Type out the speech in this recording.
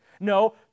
No